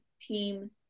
team